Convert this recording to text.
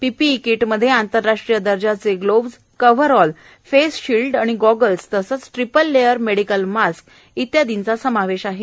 PPE किटमध्ये आंतरराष्ट्रीय दर्जाचे ग्लोव्हज कव्हरऑल फेस शिल्ड आणि गॉगल्स तसेच ट्रिपल लेयर मेडिकल मास्क इत्यादींचा समावेश आहे